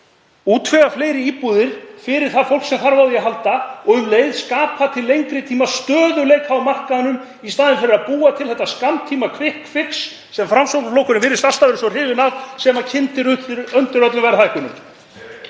Útvega fleiri íbúðir fyrir það fólk sem þarf á því að halda og skapa um leið til lengri tíma stöðugleika á markaðnum í staðinn fyrir að búa til þetta skammtíma „kvikk fix“, sem Framsóknarflokkurinn virðist alltaf vera svo hrifinn af, sem kyndir undir öllum verðhækkunum?